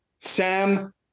sam